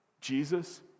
Jesus